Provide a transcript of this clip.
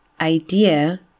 idea